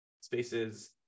spaces